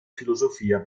filosofia